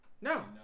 No